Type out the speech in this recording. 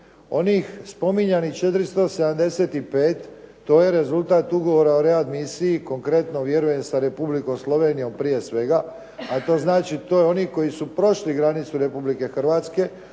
Onih spominjanih 475, to je rezultat ugovora o readmisiji konkretno vjerujem sa Republikom Slovenijom prije svega, a to znači to je oni koji su prošli granicu Republike Hrvatske,